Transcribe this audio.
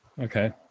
okay